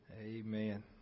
Amen